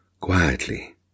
quietly